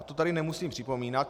To tady nemusím připomínat.